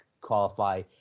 qualify